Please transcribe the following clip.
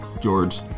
George